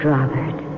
Robert